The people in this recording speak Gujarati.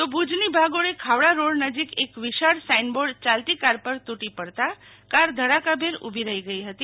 તો ભુજ ભાગોળે ખાવડા રોડ નજીક એક વિશાળ સાઈનબોર્ડ ચાલતી કાર પર તૂટી પડતા કાર ધડાકાભેર ઉભી રહી ગઈ હતી